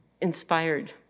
inspired